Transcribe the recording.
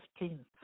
15th